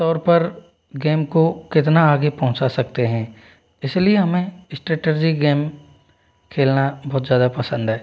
तौर पर गेम को कितना आगे पहुँचा सकते हैं इसलिए हमें स्ट्रटेजिक गेम खेलना बहुत ज़्यादा पसंद हैं